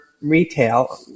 retail